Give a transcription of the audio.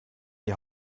die